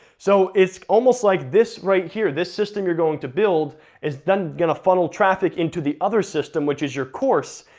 so, it's almost like this right here, this system you're going to build is then gonna funnel traffic into the other system, which is your course,